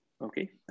Okay